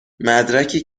مدرکی